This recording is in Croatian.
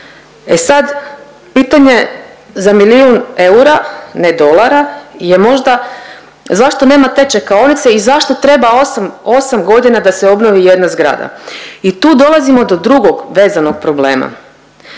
E sad, pitanje za milijun eura, ne dolara, je možda zašto nema te čekaonice i zašto treba 8 godina da se obnovi jedna zgrada i tu dolazimo do drugog vezanog problema.